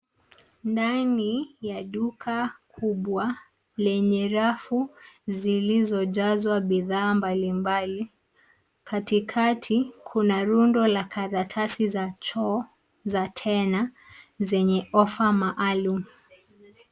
Ndani ya duka kubwa lenye rafu zilizojazwa bidhaa mbali mbali. katikati kuna rundo la karatasi za choo za tena zenye offer maalum.